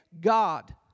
God